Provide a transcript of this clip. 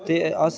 ते अस